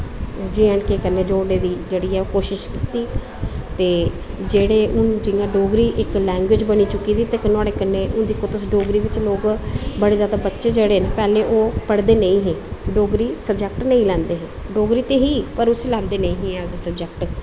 J and K कन्नै ओह् जोड़ने दी कोशश कीती ते हून जि'यां डोगरी लैंग्वेज़ बनी चुकी दी ते नोहाड़े कन्नै हून दिक्खो तुस डोगरी बिच्च लोग बड़े जैदा बच्चे जेह्ड़े न पैह्लें ओह् पढ़दे नेईं हे डोगरी स्बजैक्ट नेईं लैंदे हे डोगरी ते ऐ ही पर उस्सी लैंदे नेईं हे ऐज़ ए स्वजैक्ट